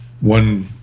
one